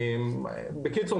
בקיצור,